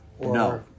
No